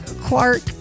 clark